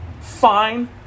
fine